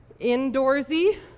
indoorsy